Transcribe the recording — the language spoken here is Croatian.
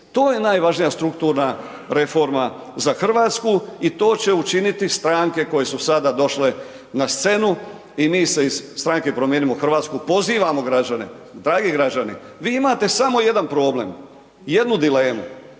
To je najvažnija strukturna reforma za Hrvatsku i to će učiniti stranke koje su sada došle na scenu i mi se iz stranke Promijenimo Hrvatsku pozivamo građane, dragi građani, vi imate samo jedan problem, jednu dilemu,